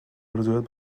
آرزوهایت